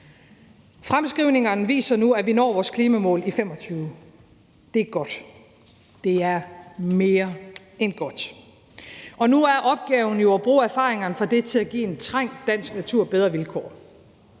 Fremskrivningerne viser nu, at vi når vores klimamål i 2025 – det er godt, det er mere end godt. Nu er opgaven jo at bruge erfaringerne fra det til at give en trængt dansk natur bedre vilkår.